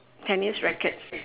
tennis racket